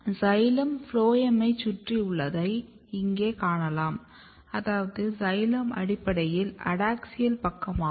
xylem ஃபுளோயமைச் சுற்றியுள்ளதை இங்கே காணலாம் அதாவது சைலம் அடிப்படையில் அடாக்ஸியல் பக்கமாகும்